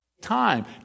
time